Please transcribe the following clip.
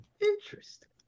Interesting